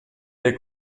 dai